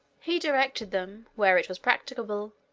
he directed them, where it was practicable,